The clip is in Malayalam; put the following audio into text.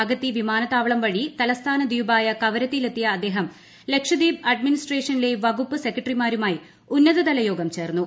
അഗത്തി വിമാനത്താവളം വഴി തലസ്ഥാന ദ്വീപായ കവരത്തിയിലെത്തിയ അദ്ദേഹം ലക്ഷദ്വീപ് അഡ്മിനിസ് ട്രേഷനിലെ വകുപ്പ് സെക്രട്ടറിമാരുമായി ഉന്നതതല യോഗം ചേർന്നു